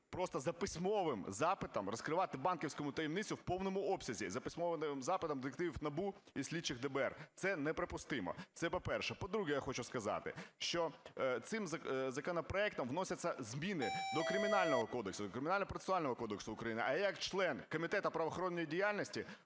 просто за письмовим запитом розкривати банківську таємницю в повному обсязі, за письмовим запитом детективів НАБУ і слідчих ДБР, це неприпустимо. Це по-перше. По-друге, я хочу сказати, що цим законопроектом вносяться зміни до Кримінального кодексу, Кримінально-процесуального кодексу України, а як член Комітету правоохоронної діяльності